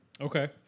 Okay